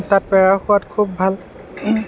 তাত পেৰাৰ সোৱাদ খুব ভাল